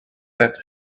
that